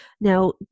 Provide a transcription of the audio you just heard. Now